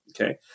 Okay